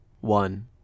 one